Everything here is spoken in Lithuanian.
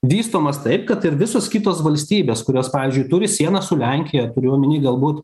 vystomas taip kad ir visos kitos valstybės kurios pavyzdžiui turi sieną su lenkija turiu omeny galbūt